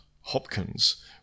hopkins